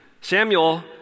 Samuel